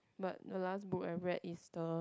but the last book I read is the